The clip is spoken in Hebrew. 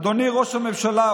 אדוני ראש הממשלה,